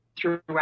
throughout